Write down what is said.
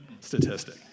statistic